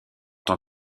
tant